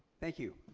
thank you.